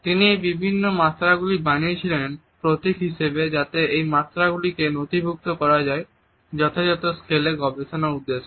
তিনি এই বিভিন্ন মাত্রা গুলি বানিয়েছিলেন প্রতীক হিসেবে যাতে এই মাত্রাগুলিকে নথিভূক্ত করা যায় যথাযথ স্কেলে গবেষণার উদ্দেশ্যে